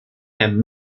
and